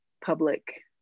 public